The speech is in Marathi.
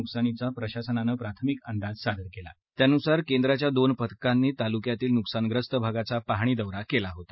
नुकसानीचा प्रशासनानं प्राथमिक अंदाज सादर केला त्यानुसार केंद्रीय पथकाच्या दोन टीमनी या तालुक्यातील नुकसानग्रस्त भागाचा पाहणी दौरा केला होता